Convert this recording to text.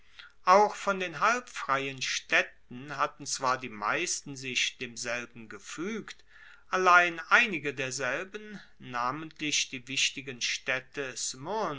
auch von den halbfreien staedten hatten zwar die meisten sich demselben gefuegt allein einige derselben namentlich die wichtigen staedte